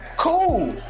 cool